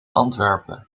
antwerpen